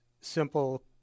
simple